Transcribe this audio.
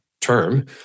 term